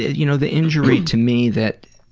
you know the injury to me that